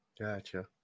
gotcha